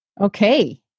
Okay